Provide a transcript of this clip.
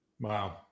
Wow